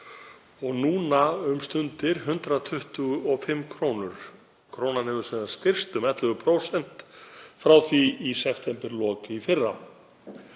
og nú um stundir 125 kr. Krónan hefur styrkst um 11% frá því í septemberlok í fyrra.